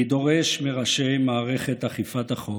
אני דורש מראשי מערכת אכיפת החוק